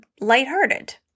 lighthearted